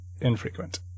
infrequent